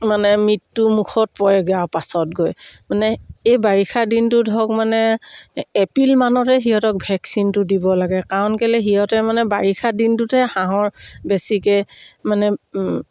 মানে মৃত্যুমুখত পৰেগৈ পাছত গৈ মানে এই বাৰিষা দিনটোত ধৰক মানে এপ্ৰিল মানতে সিহঁতক ভেকচিনটো দিব লাগে কাৰণ কেলে সিহঁতে মানে বাৰিষা দিনটোতে হাঁহৰ বেছিকৈ মানে